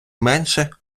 менше